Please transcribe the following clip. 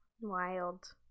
wild